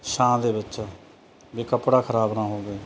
ਛਾਂ ਦੇ ਵਿੱਚ ਵੀ ਕੱਪੜਾ ਖ਼ਰਾਬ ਨਾ ਹੋਵੇ